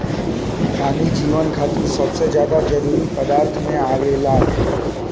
पानी जीवन खातिर सबसे ज्यादा जरूरी पदार्थ में आवेला